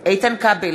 איתן כבל,